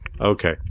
Okay